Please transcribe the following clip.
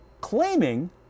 claiming